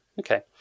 Okay